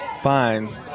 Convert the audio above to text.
fine